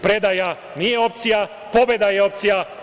Predaja nije opcija, pobeda je opcija.